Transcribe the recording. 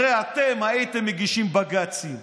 הרי אתם הייתם מגישים בג"צים,